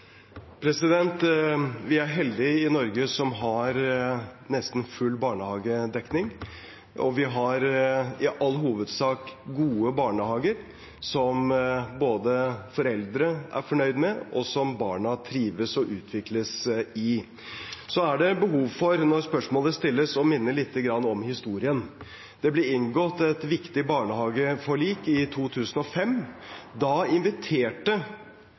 Vi er heldige i Norge som har nesten full barnehagedekning, og vi har i all hovedsak gode barnehager, som foreldrene er fornøyd med, og som barna trives og utvikles i. Det er behov for, når spørsmålet stilles, å minne lite grann om historien. Det ble inngått et viktig barnehageforlik i 2005. Da inviterte